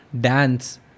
dance